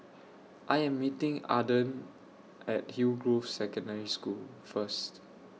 I Am meeting Adron At Hillgrove Secondary School First